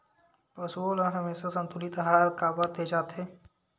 पशुओं ल हमेशा संतुलित आहार काबर दे जाथे?